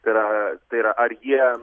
tai yra tai yra ar jie